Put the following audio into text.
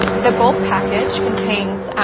the gold package contains